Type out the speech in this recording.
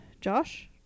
Josh